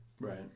Right